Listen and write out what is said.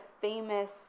famous